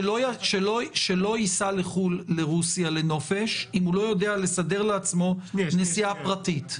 שלא ייסע לחו"ל לרוסיה לנופש אם הוא לא יודע לסדר לעצמו נסיעה פרטית.